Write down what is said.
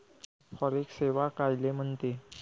Forex सेवा कायले म्हनते?